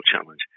challenge